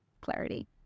clarity